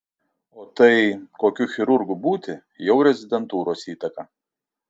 o tai kokiu chirurgu būti jau rezidentūros įtaka